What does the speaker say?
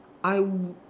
I w~